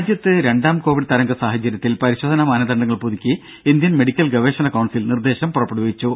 രാജ്യത്ത് രണ്ടാം കോവിഡ് തരംഗ സാഹചര്യത്തിൽ പരിശോധനാ മാനദണ്ഡങ്ങൾ പുതുക്കി ഇന്ത്യൻ മെഡിക്കൽ ഗവേഷണ കൌൺസിൽ നിർദേശം പുറപ്പെടുവിച്ചു